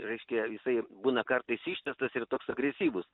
reiškia jisai būna kartais ištęstas ir toks agresyvus